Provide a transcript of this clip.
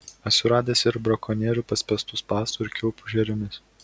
esu radęs ir brakonierių paspęstų spąstų ir kilpų žvėrims